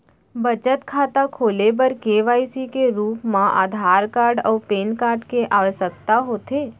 बचत खाता खोले बर के.वाइ.सी के रूप मा आधार कार्ड अऊ पैन कार्ड के आवसकता होथे